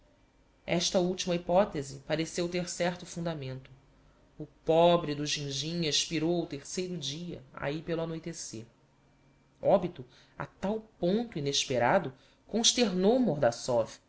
esta ultima hypothese pareceu ter certo fundamento o pobre do ginjinha expirou ao terceiro dia ahi pelo anoitecer obito a tal ponto inesperado consternou